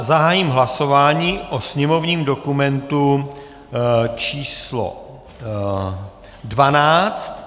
Zahájím hlasování o sněmovním dokumentu číslo 12.